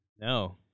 No